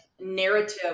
narrative